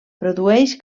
produeix